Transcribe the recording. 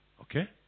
Okay